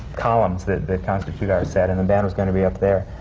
columns that constitute our set, and the band was going to be up there.